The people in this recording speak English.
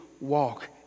walk